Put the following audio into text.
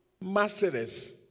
merciless